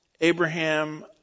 Abraham